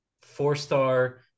four-star